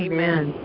Amen